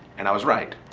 and i was right.